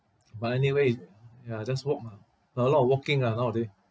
but anyway it ya just walk lah a a lot of walking ah nowaday